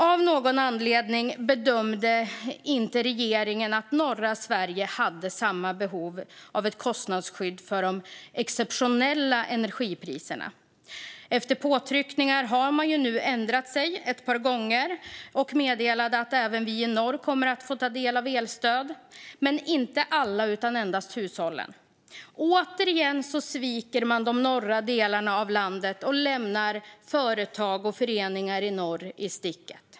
Av någon anledning bedömde regeringen att norra Sverige inte hade samma behov av ett kostnadsskydd för de exceptionella energipriserna. Efter påtryckningar har man nu ändrat sig ett par gånger och meddelat att även vi i norr kommer att få ta del av elstöd. Men det gäller inte alla utan endast hushållen. Återigen sviker man de norra delarna av landet och lämnar företag och föreningar i norr i sticket.